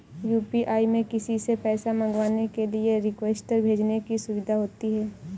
UPI में किसी से पैसा मंगवाने के लिए रिक्वेस्ट भेजने की सुविधा होती है